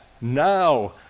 now